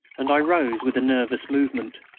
and i rose with a nervous movement.